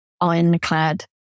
ironclad